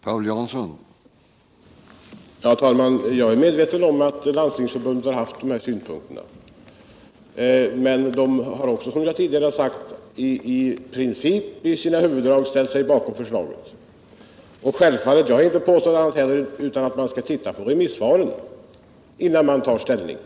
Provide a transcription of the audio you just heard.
Herr talman! Jag är medveten om att Landstingsförbundet har framfört sådana synpunkter. Men det har också, som jag tidigare sagt, i princip ställt sig bakom förslaget i dess huvuddrag. Jag har självfallet inte heller sagt att man inte skall studera remissvaren innan man tar ställning.